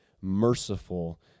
merciful